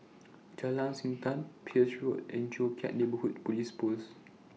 Jalan Siantan Peirce Road and Joo Chiat Neighbourhood Police Post